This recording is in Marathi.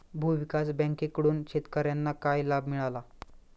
भूविकास बँकेकडून शेतकर्यांना काय लाभ मिळाला?